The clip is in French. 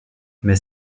mais